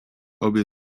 obie